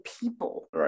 people